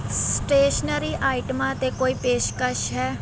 stationery ਆਈਟਮਾਂ 'ਤੇ ਕੋਈ ਪੇਸ਼ਕਸ਼ ਹੈ